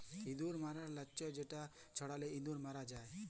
ইঁদুর ম্যরর লাচ্ক যেটা ছড়ালে ইঁদুর ম্যর যায়